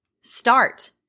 start